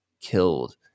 killed